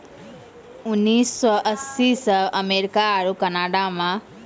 उन्नीस सौ अस्सी से अमेरिका आरु कनाडा मे